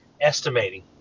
Estimating